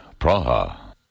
Praha. (